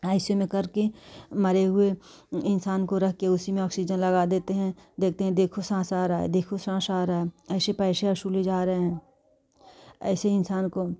आई C U में करके मरे हुए इंसान को रख के उसी में ऑक्सीजन लगा देते हैं देखते हैं देखो साँस आ रहा है देखो साँस आ रहा है ऐसे पैसे वसूले जा रहे हैं ऐसे इंसान को